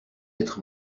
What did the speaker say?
être